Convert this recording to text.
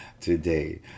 today